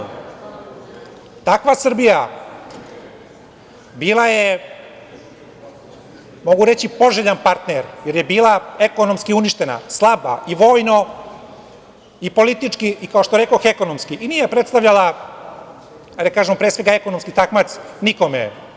Takva Srbija bila je, mogu reći, poželjan partner jer je bila ekonomski uništena, slaba i vojno i politički, i kao što rekoh, ekonomski, i nije predstavljala, da kažem, pre svega, ekonomski takmac nikome.